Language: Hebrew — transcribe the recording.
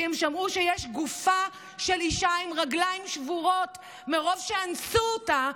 כי הן שמעו שיש גופה של אישה עם רגליים שבורות מרוב שאנסו אותה,